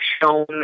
shown